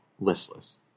listless